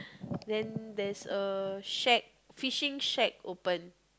then there's a shack fishing shack open